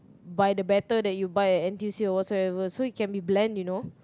by the batter that you buy at n_t_u_c or whatsoever so you it can be bland you know